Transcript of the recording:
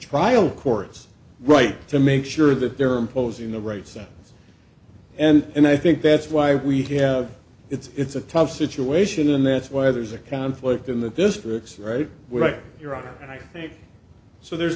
trial court's right to make sure that they're imposing the right sounds and i think that's why we have it's a tough situation and that's why there's a conflict in the districts right where your honor i think so there's